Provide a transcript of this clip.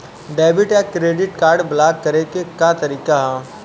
Debit या credit card block करे के का तरीका ह?